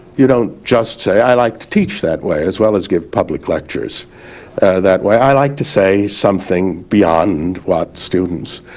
you don't just say i like to teach that way as well as give public lectures that way. i like to say something beyond what students